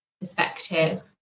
perspective